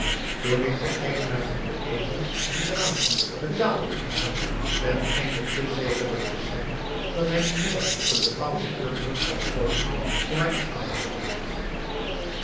toen ik den eigenaar van den ezel liet gaan betaalde ik hem ten einde te zekerder te zijn dat hij dien middag op het bepaalde uur terug zou komen om mij af te halen